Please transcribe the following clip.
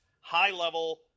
high-level